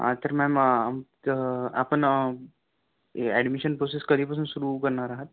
हा तर मॅम आपण ॲडमिशन प्रोसेस कधीपासून सुरु करणार आहात